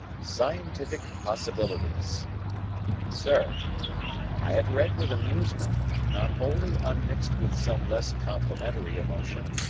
scientific possibilities sir i have read with amusement, not wholly unmixed with some less complimentary emotion,